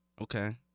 Okay